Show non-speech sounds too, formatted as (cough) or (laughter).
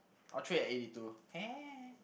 I'll trade at eighty two (noise)